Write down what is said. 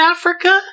Africa